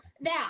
Now